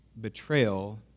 betrayal